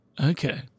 Okay